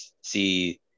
see